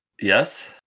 Yes